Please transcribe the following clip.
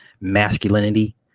masculinity